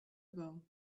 ago